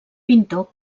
pintor